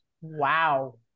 wow